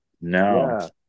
No